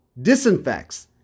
disinfects